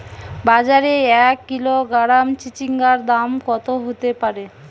বাজারে এক কিলোগ্রাম চিচিঙ্গার দাম কত হতে পারে?